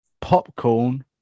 popcorn